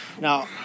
Now